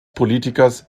politikers